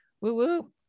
Woo-woo